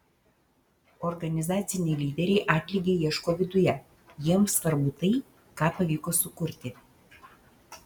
organizaciniai lyderiai atlygio ieško viduje jiems svarbu tai ką pavyko sukurti